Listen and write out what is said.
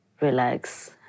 relax